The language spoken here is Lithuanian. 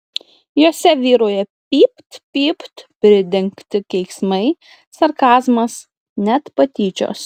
jose vyrauja pypt pypt pridengti keiksmai sarkazmas net patyčios